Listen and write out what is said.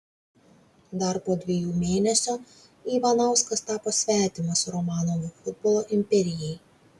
dar po dviejų mėnesio ivanauskas tapo svetimas romanovo futbolo imperijai